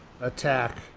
attack